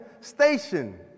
station